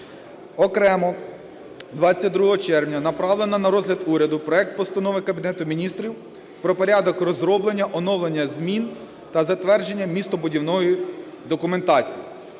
Окремо 22 червня направлено на розгляд уряду проект Постанови Кабінету Міністрів "Про порядок розроблення, оновлення змін та затвердження містобудівної документації".